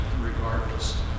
regardless